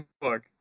book